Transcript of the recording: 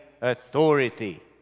authority